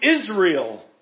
Israel